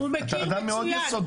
אתה בן אדם מאוד יסודי.